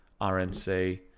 RNC